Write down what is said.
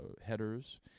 headers